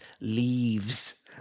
leaves